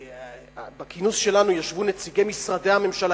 בכינוס שלנו ישבו נציגי משרדי הממשלה,